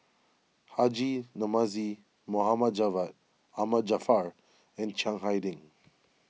Haji Namazie Mohd Javad Ahmad Jaafar and Chiang Hai Ding